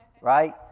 right